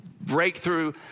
breakthrough